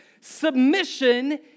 submission